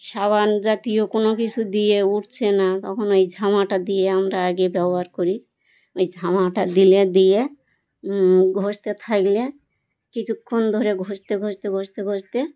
সাবান জাতীয় কোনো কিছু দিয়ে উঠছে না তখন ওই ঝামাটা দিয়ে আমরা আগে ব্যবহার করি ওই ঝামাটা দিলে দিয়ে ঘষতে থাকলে কিছুক্ষণ ধরে ঘষতে ঘষতে ঘষতে ঘষতে